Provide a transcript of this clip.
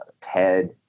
Ted